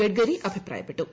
ഗഡ്കരി അഭിപ്രായപ്പെട്ടു